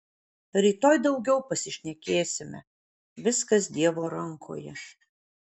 rytoj daugiau pasišnekėsime viskas dievo rankoje